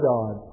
God